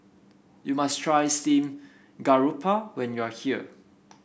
you must try Steamed Garoupa when you are here